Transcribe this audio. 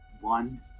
One